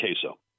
queso